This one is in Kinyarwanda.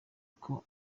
kuko